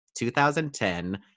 2010